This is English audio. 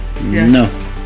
No